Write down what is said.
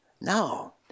No